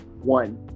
one